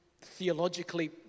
theologically